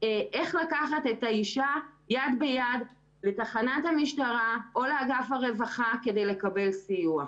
איך לקחת את האישה יד ביד לתחנת המשטרה או לאגף הרווחה כדי לקבל סיוע.